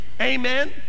Amen